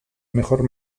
mejor